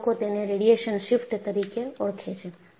અને લોકો તેને રેડિયેશન શિફ્ટ તરીકે ઓળખે છે